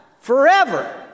Forever